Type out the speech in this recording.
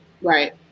Right